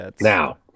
Now